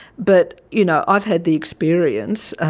but you know i've had the experience,